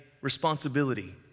responsibility